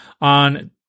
On